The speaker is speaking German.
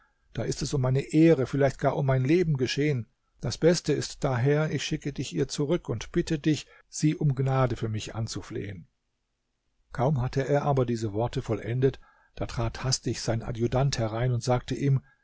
da ist es um meine ehre vielleicht gar um mein leben geschehen das beste ist daher ich schicke dich ihr zurück und bitte dich sie um gnade für mich anzuflehen kaum hatte er aber diese worte vollendet da trat hastig sein adjutant herein und sagte ihm